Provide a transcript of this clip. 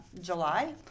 July